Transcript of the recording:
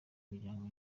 muryango